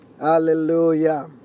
Hallelujah